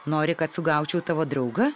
nori kad sugaučiau tavo draugą